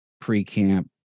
pre-camp